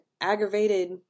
aggravated